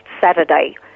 Saturday